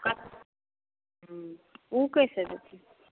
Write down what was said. का वो कैसे